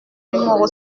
numéro